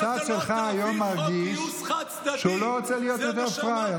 שהצד שלך היום מרגיש שהוא לא רוצה להיות פראייר,